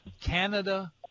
Canada